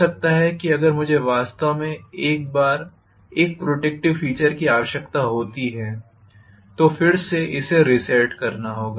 हो सकता है कि अगर मुझे वास्तव में एक बार एक प्रोटेक्टिव फीचर की आवश्यकता होती है तो फिर से इसे रिसेट करना होगा